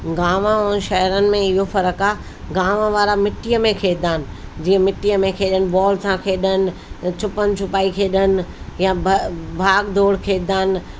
गांव ऐं शहरनि में इहो फ़र्क़ु आहे गांव वारा मिट्टीअ में खेॾंदा आहिनि जीअं मिट्टी में खेॾनि बॉल सां खेॾनि छुपम छुपाई खेॾनि या बि भाग डोड़ खेॾंदा आहिनि